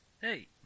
Hey